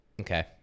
Okay